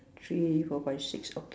three four five six okay